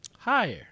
Higher